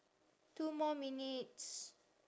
two more minutes